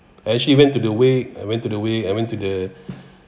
I actually went to the way I went to the way I went to the